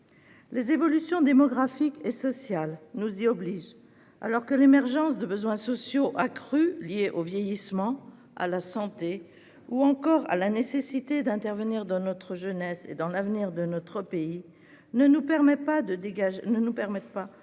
Les évolutions démographiques et sociales nous y obligent, car l'émergence de besoins sociaux accrus liés au vieillissement, à la santé ou encore à la nécessité d'investir pour notre jeunesse et l'avenir de notre pays ne nous permet pas de dégager